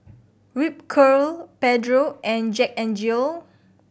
Ripcurl Pedro and Jack N Jill